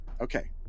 Okay